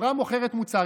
חברה מוכרת מוצר,